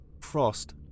Frost